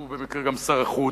שהוא במקרה גם שר החוץ,